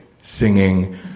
singing